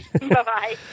Bye-bye